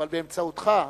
אבל באמצעותך,